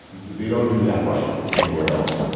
they don't do that right anywhere else,